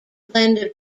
blend